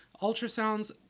ultrasounds